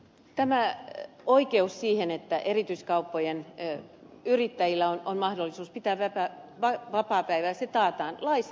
tämä oikeus siihen että erityiskauppojen yrittäjillä on mahdollisuus pitää vapaapäivä taataan laissa tällä hetkellä